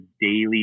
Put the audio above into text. daily